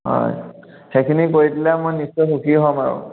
হয় সেইখিনি কৰি দিলে মই নিশ্চয় সুখী হ'ম আৰু